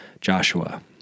Joshua